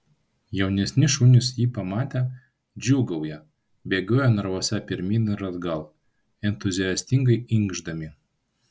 jaunesni šunys jį pamatę džiūgauja bėgioja narvuose pirmyn ir atgal entuziastingai inkšdami